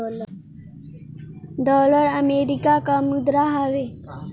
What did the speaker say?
dollar America कअ मुद्रा हवे